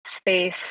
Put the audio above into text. space